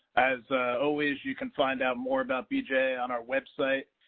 as always, you can find out more about bja on our website,